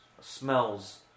smells